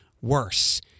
worse